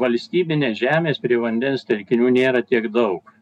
valstybinės žemės prie vandens telkinių nėra tiek daug